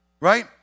right